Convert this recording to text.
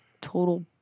total